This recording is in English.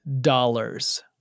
dollars